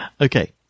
Okay